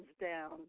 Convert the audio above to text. down